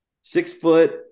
Six-foot